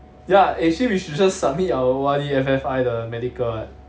ya eh actually we should just submit our O_R_D F_F_I the medical what